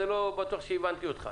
זה לא בטוח שהבנתי אותך.